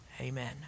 Amen